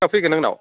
दा फैगोन आंनाव